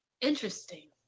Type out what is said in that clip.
Interesting